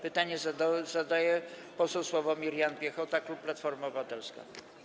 Pytanie zadaje poseł Sławomir Jan Piechota, klub Platforma Obywatelska.